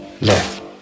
left